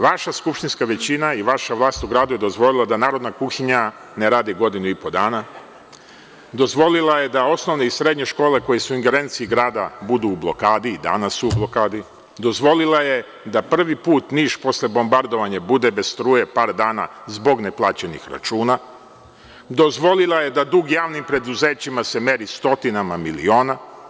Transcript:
Vaša skupštinska većina i vaša vlast u gradu je dozvolila da narodna kuhinja ne radi godinu i po dana, dozvolila je da osnovne i srednje škole koje su u ingerenciji grada budu u blokadi i danas su u blokadi, dozvolila je da prvi put Niš posle bombardovanja bude bez struje par dana zbog neplaćenih računa, dozvolila je da dug javnim preduzećima se meri stotinama miliona.